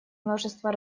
множество